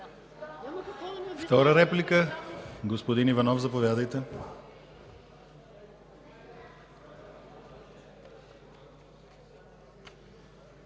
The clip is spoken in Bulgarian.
Втора реплика? Господин Иванов, заповядайте